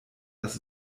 das